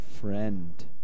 friend